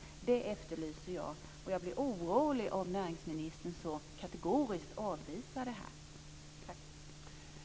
Jag blir orolig om näringsministern så kategoriskt avvisar det här. Tack!